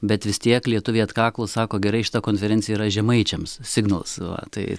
bet vis tiek lietuviai atkaklūs sako gerai šita konferencija yra žemaičiams signals va tai